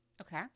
Okay